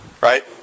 right